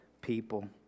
people